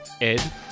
Ed